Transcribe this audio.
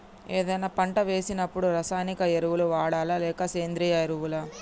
ఏదైనా పంట వేసినప్పుడు రసాయనిక ఎరువులు వాడాలా? లేక సేంద్రీయ ఎరవులా?